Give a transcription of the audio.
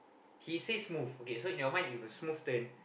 he say smooth okay so in your mind if a smooth turn